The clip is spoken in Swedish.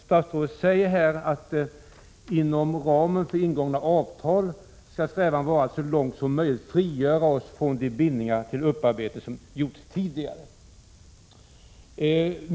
Statsrådet säger att inom ramen för ingångna avtal skall strävan vara att så långt som möjligt frigöra oss från de bindningar till upparbetning som gjorts tidigare.